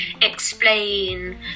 explain